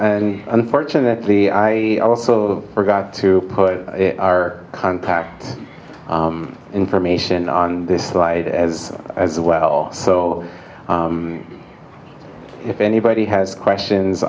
and unfortunately i also forgot to put our contact information on this slide as as well so if anybody has questions